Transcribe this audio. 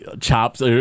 chops